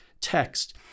text